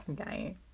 Okay